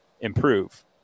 improve